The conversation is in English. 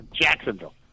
Jacksonville